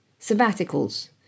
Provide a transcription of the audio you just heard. sabbaticals